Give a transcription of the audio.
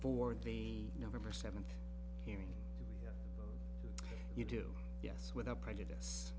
for the november seventh hearing you do yes without prejudice